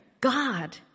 God